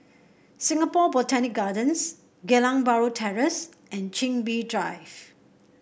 Singapore Botanic Gardens Geylang Bahru Terrace and Chin Bee Drive